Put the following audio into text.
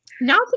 now